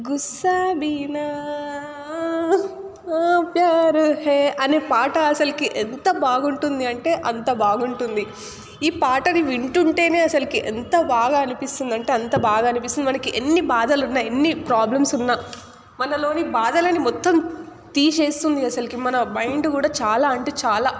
గుస్తాఖియా ప్యార్ హే అనే పాట అసలుకి ఎంత బాగుంటుంది అంటే అంత బాగుంటుంది ఈ పాటని వింటుంటేనే అసలుకి ఎంత బాగా అనిపిస్తుంది అంటే అంత బాగా అనిపిస్తుంది మనకి ఎన్ని బాధలు ఉన్నా ఎన్ని ప్రాబ్లమ్స్ ఉన్నా మనలోని బాధలని మొత్తం తీసేస్తుంది అసలుకి మన మైండ్ కూడా చాలా అంటే చాలా